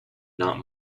not